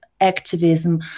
Activism